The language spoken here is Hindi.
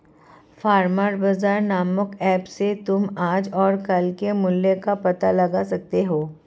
फार्मर बाजार नामक ऐप से तुम आज और कल के मूल्य का पता लगा सकते हो